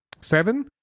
seven